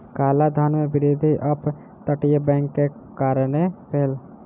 काला धन में वृद्धि अप तटीय बैंक के कारणें भेल